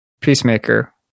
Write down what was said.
Peacemaker